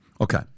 Okay